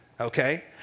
okay